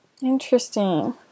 Interesting